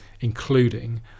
including